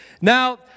Now